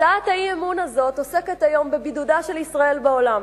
הצעת האי-אמון הזאת עוסקת היום בבידודה של ישראל בעולם,